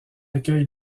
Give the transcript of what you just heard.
accueille